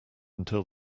until